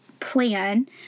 plan